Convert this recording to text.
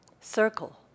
circle